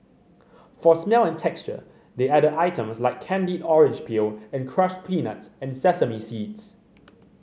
for smell and texture they added items like candied orange peel and crushed peanuts and sesame seeds